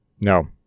No